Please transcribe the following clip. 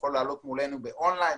יוכל לעלות מולנו באון-ליין.